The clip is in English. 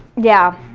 yeah,